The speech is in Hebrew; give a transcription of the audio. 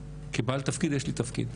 כבעל תפקיד יש לי תפקיד,